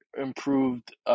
improved